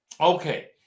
Okay